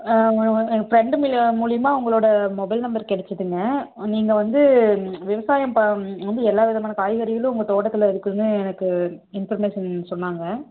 ஆ என் ஃப்ரெண்டு மூலி மூலயமா உங்களோடய மொபைல் நம்பர் கெடைச்சிதுங்க நீங்கள் வந்து விவசாயம் வந்து எல்லா விதமான காய்கறிகளும் உங்கள் தோட்டத்தில் இருக்குதுனு எனக்கு இன்ஃபர்மேஷன் சொன்னாங்க